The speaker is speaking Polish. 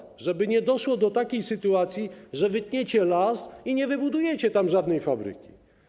Chodzi o to, żeby nie doszło do takiej sytuacji, że wytniecie las i nie wybudujecie tam żadnej fabryki.